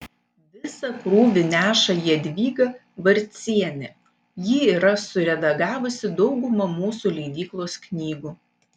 visą krūvį neša jadvyga barcienė ji yra suredagavusi daugumą mūsų leidyklos knygų